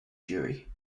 jury